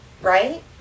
right